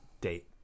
date